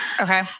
Okay